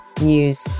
news